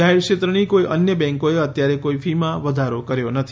જાહેર ક્ષેત્રની કોઇ અન્ય બેન્કોએ અત્યારે કોઇ ફીમાં વધારો કર્યો નથી